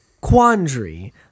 quandary